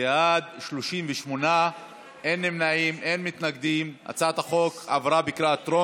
להעביר את הצעת חוק לתיקון פקודת הסמים המסוכנים